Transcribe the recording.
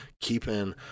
keeping